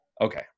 Okay